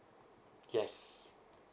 yes